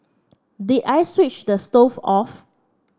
did I switch the stove off